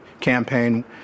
campaign